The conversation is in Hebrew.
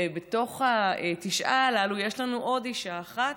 ובתוך התשעה הללו יש לנו עוד אישה אחת,